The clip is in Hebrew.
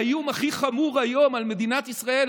האיום הכי חמור היום על מדינת ישראל,